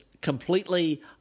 completely